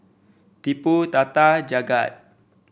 Tipu Tata Jagat